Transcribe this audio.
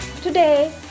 Today